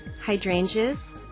hydrangeas